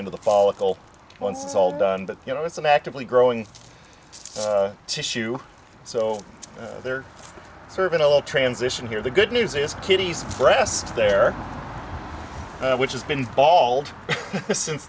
into the follicle once it's all done but you know it's an actively growing tissue so they're serving all transition here the good news is kiddies breast there which has been bald since